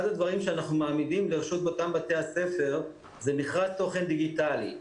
אחד הדברים שאנחנו מעמידים לרשות אותם בתי ספר זה מכרז תוכן דיגיטלי.